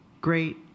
great